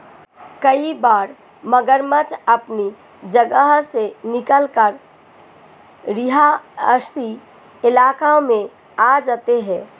कई बार मगरमच्छ अपनी जगह से निकलकर रिहायशी इलाकों में आ जाते हैं